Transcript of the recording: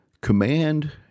Command